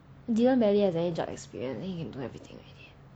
didn't barely have any job experience then he do everything already